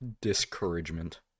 discouragement